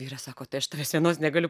vyras sako tai aš tavęs vienos negaliu